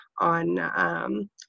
on